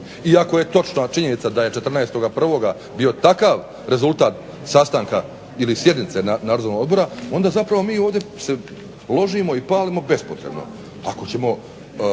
I ako je točna činjenica da je 14.1. bio takav rezultat sastanka ili sjednice Nadzornog odbora onda zapravo mi ovdje se ložimo i palimo bespotrebno